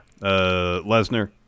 Lesnar